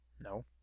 No